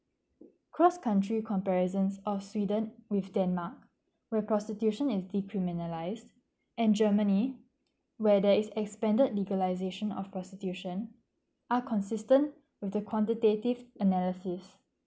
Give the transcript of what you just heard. cross country comparison of sweden with denmark where prostitution is decriminalised and germany where there is an expanded legalisation of prostitution are consistent with the quantitative analysis